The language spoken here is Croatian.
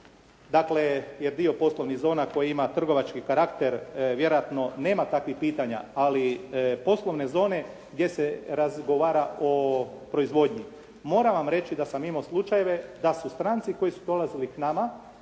dakle jer dio poslovnih zona koji ima trgovački karakter vjerojatno nema takvih pitanja. Ali poslovne zone gdje se razgovara o proizvodnji. Moram vam reći da sam imao slučajeve da su stranci koji su dolazili k nama